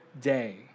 day